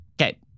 Okay